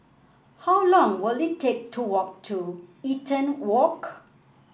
how long will it take to walk to Eaton Walk